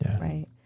right